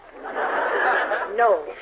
No